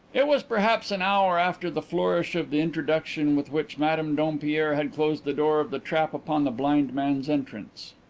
it was perhaps an hour after the flourish of the introduction with which madame dompierre had closed the door of the trap upon the blind man's entrance.